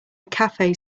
cafe